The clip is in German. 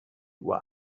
uhr